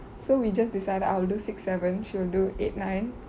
so we just decided I will do six seven she will do eight nine